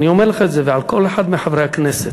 אני אומר לך את זה, ועל כל אחד מחברי הכנסת.